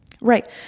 Right